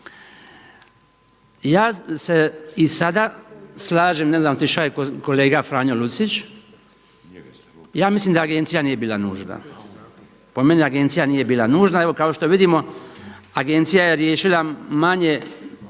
Ja se i sada slažem, ne znam otišao je kolega Franjo Lucić, ja mislim da Agencija nije bila nužna. Po meni agencija nije bila nužna. Evo kao što vidimo Agencija je riješila manje